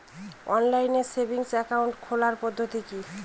Online savings account খোলার পদ্ধতি কি?